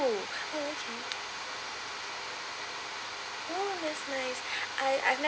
oh oh okay !wah! that's nice I I've